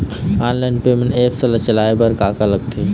Online payment apps ला चलाए बार का का लगथे?